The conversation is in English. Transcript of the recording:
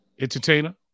entertainer